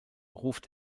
ruft